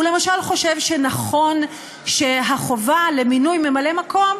הוא למשל חושב שנכון שהחובה למינוי ממלא מקום